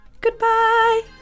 Goodbye